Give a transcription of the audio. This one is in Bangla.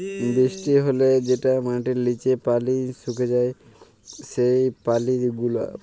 বৃষ্টি হ্যলে যেটা মাটির লিচে পালি সুকে যায় সেই পালি গুলা